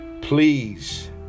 please